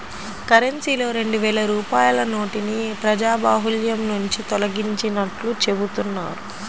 కరెన్సీలో రెండు వేల రూపాయల నోటుని ప్రజాబాహుల్యం నుంచి తొలగించినట్లు చెబుతున్నారు